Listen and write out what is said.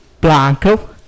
blanco